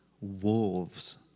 wolves